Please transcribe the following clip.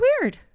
weird